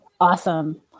Awesome